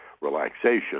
relaxation